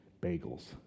bagels